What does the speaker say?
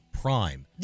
prime